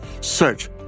Search